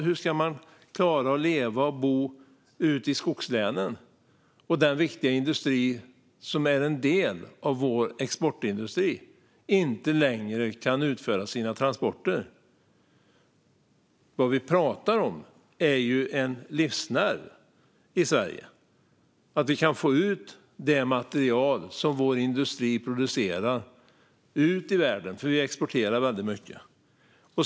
Hur ska man klara att leva och bo ute i skogslänen, och hur ska man klara den viktiga industri som är en del av vår exportindustri om den inte längre kan utföra sina transporter? Vad vi talar om är en livsnerv i Sverige. Det handlar om att vi kan få ut det material som vår industri producerar i världen. Vi exporterar väldigt mycket.